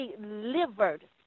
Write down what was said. delivered